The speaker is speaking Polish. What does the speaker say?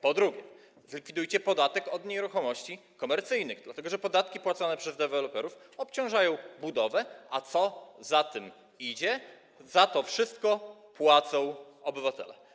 Po drugie, zlikwidujcie podatek od nieruchomości komercyjnych, dlatego że podatki płacone przez deweloperów obciążają budowę, a co za tym idzie, za to wszystko płacą obywatele.